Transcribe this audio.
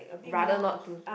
rather not to